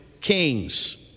kings